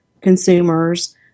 consumers